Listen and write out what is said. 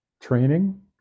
training